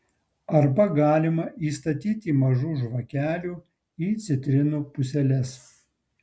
arba galima įstatyti mažų žvakelių į citrinų puseles